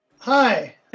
Hi